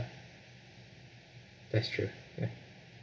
that's true